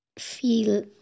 feel